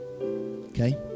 Okay